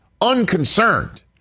unconcerned